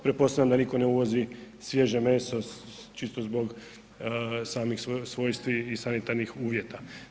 Pretpostavljam da nitko ne uvozi svježe meso čisto zbog samog svojstva i sanitarnih uvjeta.